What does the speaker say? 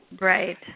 Right